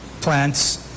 plants